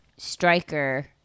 striker